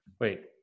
wait